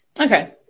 Okay